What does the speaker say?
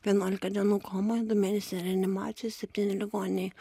vienuolika dienų komoje du mėnesiai reanimacijose septyni ligoninėj